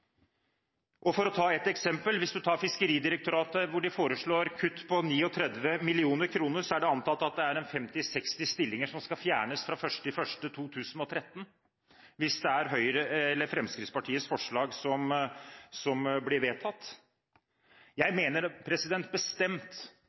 For å ta et eksempel: For Fiskeridirektoratet foreslår de kutt på 39 mill. kr. Da er det 50–60 stillinger som skal fjernes fra 1. januar 2013, hvis det er Fremskrittspartiets forslag som blir vedtatt. Jeg